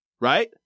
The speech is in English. right